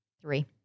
three